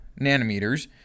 nanometers